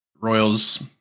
Royals